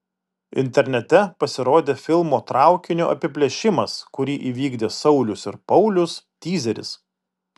internete pasirodė filmo traukinio apiplėšimas kurį įvykdė saulius ir paulius tyzeris